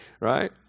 Right